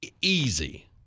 easy